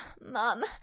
Mom